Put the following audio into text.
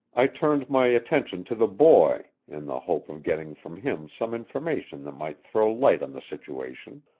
i turned my attention to the boy in the hope of getting from him some information that might throw light on the situation.